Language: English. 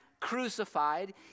crucified